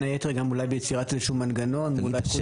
היתר אולי ביצירת מנגנון מול האיחוד